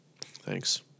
Thanks